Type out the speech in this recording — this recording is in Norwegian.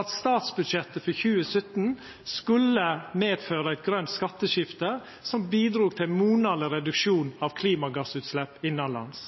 at statsbudsjettet for 2017 skulle medføra eit grønt skatteskifte som bidrog til monaleg reduksjon av klimagassutslepp innanlands